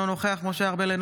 אינו נוכח משה ארבל,